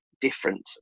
different